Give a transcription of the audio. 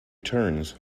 turns